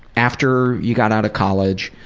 after you got out of college,